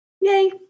yay